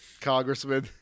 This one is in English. congressman